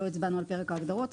לא הצבענו על פרק ההגדרות,